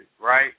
right